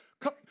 come